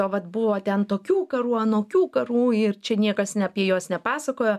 o vat buvo ten tokių karų anokių karų ir čia niekas ne apie juos nepasakojo